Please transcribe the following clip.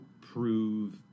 prove